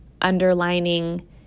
underlining